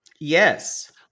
Yes